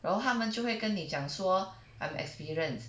然后他们就会跟你讲说 I'm experienced